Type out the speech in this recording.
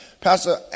pastor